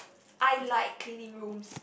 I like cleaning rooms